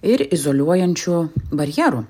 ir izoliuojančių barjerų